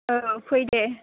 औ फै दे